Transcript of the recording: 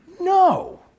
No